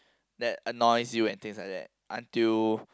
that annoys you and things like that until